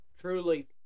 truly